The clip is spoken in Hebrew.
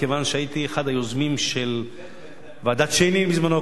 מכיוון שהייתי אחד היוזמים של ועדת-שיינין בזמנה.